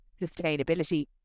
sustainability